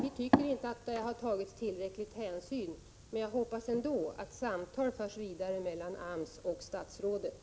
Vi tycker inte att det har tagits tillräckligt stor hänsyn. Jag hoppas ändå att samtal förs vidare mellan AMS och statsrådet.